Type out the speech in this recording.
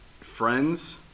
friends